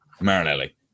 Marinelli